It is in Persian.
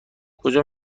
کجا